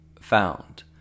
found